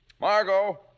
Margot